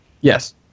Yes